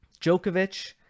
Djokovic